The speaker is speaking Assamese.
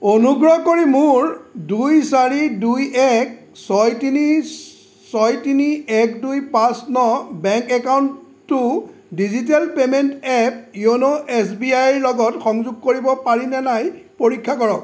অনুগ্ৰহ কৰি মোৰ দুই চাৰি দুই এক ছয় তিনি ছয় তিনি এক দুই পাঁচ ন বেংক একাউণ্টটো digital payment app Yono S B আইৰ লগত সংযোগ কৰিব পাৰিনে নাই পৰীক্ষা কৰক